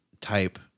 type